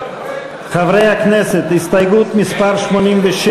קבוצת סיעת בל"ד,